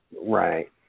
right